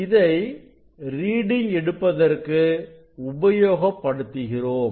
இதை ரீடிங் எடுப்பதற்கு உபயோகப்படுத்துகிறோம்